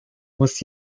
muss